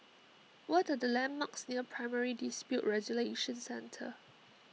what the landmarks near Primary Dispute Resolution Centre